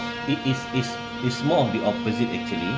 it is is is more of the opposite actually